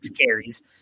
carries